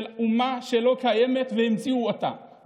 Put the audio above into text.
של אומה שלא קיימת והמציאו אותה.